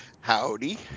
Howdy